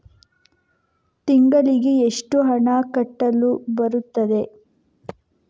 ತಿಂಗಳಿಗೆ ಎಷ್ಟು ಹಣ ಕಟ್ಟಲು ಬರುತ್ತದೆ?